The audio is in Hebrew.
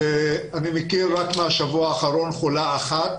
אני מכיר רק מהשבוע האחרון חולה אחת